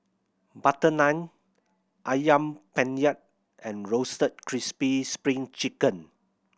butter naan Ayam Penyet and Roasted Crispy Spring Chicken